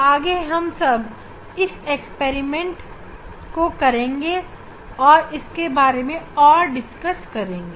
आगे जब हम इन पर निर्धारित प्रयोग करेंगे तब इसके बारे में और चर्चा करेंगे